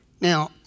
now